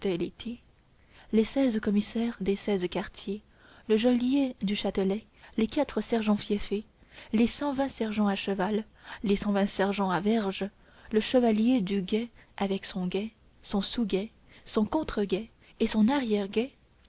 les seize commissaires des seize quartiers le geôlier du châtelet les quatre sergents fieffés les cent vingt sergents à cheval les cent vingt sergents à verge le chevalier du guet avec son guet son sous guet son contre guet et son